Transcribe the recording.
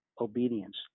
obedience